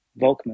volkman